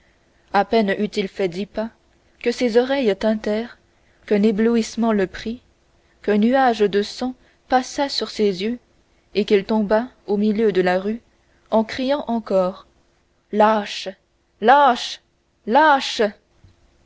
à peine eut-il fait dix pas que ses oreilles tintèrent qu'un éblouissement le prit qu'un nuage de sang passa sur ses yeux et qu'il tomba au milieu de la rue en criant encore lâche lâche lâche